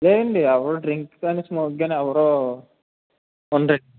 లేదు అండి ఎవరూ డ్రింక్ కానీ స్మోక్ కానీ ఎవరూ ఉండండి